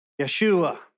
Yeshua